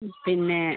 പിന്നെ